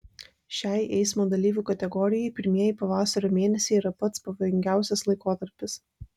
šiai eismo dalyvių kategorijai pirmieji pavasario mėnesiai yra pats pavojingiausias laikotarpis